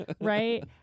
right